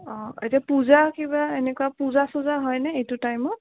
এতিয়া পূজা কিবা এনেকুৱা পূজা চূজা হয়নে এইটো টাইমত